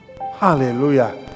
Hallelujah